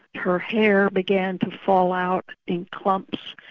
her hair began to fall out in clumps,